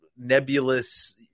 nebulous